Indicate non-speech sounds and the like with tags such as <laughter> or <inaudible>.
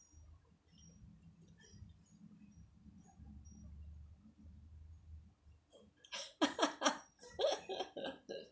<laughs>